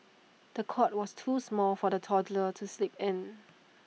the cot was too small for the toddler to sleep in